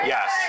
Yes